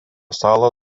salą